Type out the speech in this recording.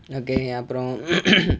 okay அப்பறோம்:approm